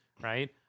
right